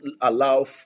allow